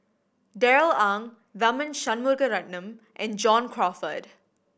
Darrell Ang Tharman Shanmugaratnam and John Crawfurd